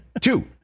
Two